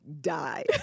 die